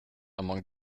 among